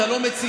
אתה לא מציע.